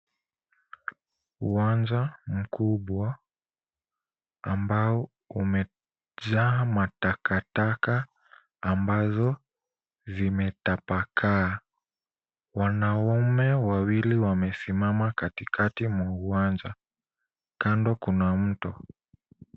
Uwanja mkubwa ambao umejaa matakataka ambazo vimetapakaa. Wanaume wawili wamesimama katika mwa uwanja. Kando kuna mtu.